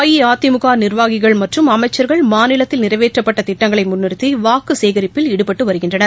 அஇஅதிமுகநிர்வாகிகள் அமைச்சர்கள் மாநிலத்தில் மற்றும் நிறைவேற்றப்பட்டதிட்டங்களைமுன்னிறுத்திவாக்குசேகரிப்பில் ஈடுபட்டுவருகின்றனர்